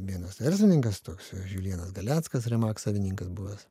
vienas verslininkas toks žiuljenas galeckas re maks savininkas buvęs